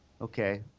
Okay